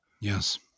Yes